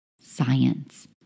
science